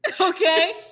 Okay